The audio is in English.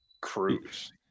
cruise